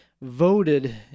voted